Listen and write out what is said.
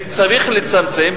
וצריך לצמצם.